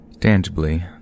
Tangibly